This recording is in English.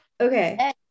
okay